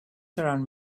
and